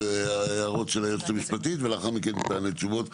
הערות של היועצת המשפטית ולאחר מכן תענה תשובות,